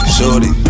Shorty